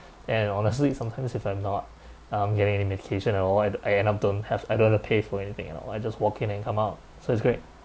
and honestly sometimes if I'm not um getting any medication I avoid I end up don't have I don't want pay for anything else I just walk in and come out so it's great